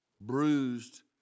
bruised